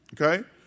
Okay